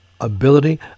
ability